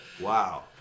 wow